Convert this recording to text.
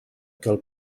cal